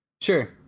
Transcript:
sure